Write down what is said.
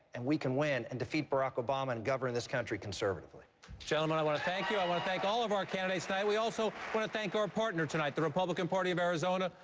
and we can win and defeat barack obama and govern this country conservatively. king gentlemen, i want to thank you. i want to thank all of our candidates tonight. we also want to thank our partner tonight, the republican party of arizona,